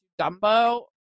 Dumbo